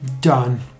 Done